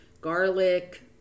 garlic